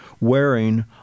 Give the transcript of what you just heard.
wearing